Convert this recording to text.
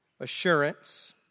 Assurance